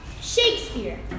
Shakespeare